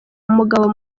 umugabo